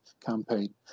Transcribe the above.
campaign